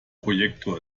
projektor